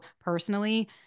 personally